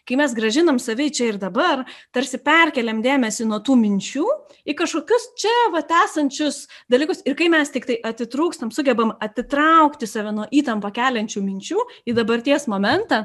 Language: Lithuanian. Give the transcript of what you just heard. kai mes grąžinam save į čia ir dabar tarsi perkeliam dėmesį nuo tų minčių į kažkokius čia vat esančius dalykus ir kai mes tiktai atitrūkstam sugebam atitraukti save nuo įtampą keliančių minčių į dabarties momentą